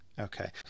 Okay